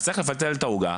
אז צריך לפצל את העוגה,